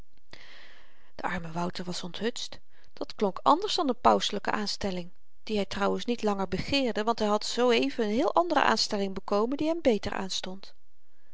de arme wouter was onthutst dat klonk anders dan n pauselyke aanstelling die hy trouwens niet langer begeerde want hy had zoo-even n heel andere aanstelling bekomen die hem beter aanstond